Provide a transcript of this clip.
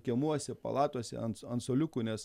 kiemuose palatose ant ant suoliukų nes